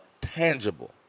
tangible